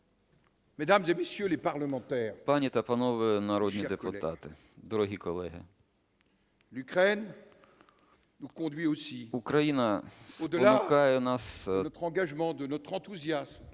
Пані та панове народні депутати, дорогі колеги! Україна спонукає нас